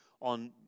on